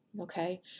Okay